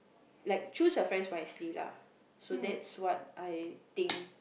like choose your friends wisely lah so that's what I think